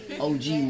OG